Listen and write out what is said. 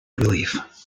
relief